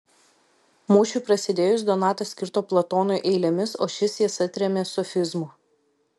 mūšiui prasidėjus donatas kirto platonui eilėmis o šis jas atrėmė sofizmu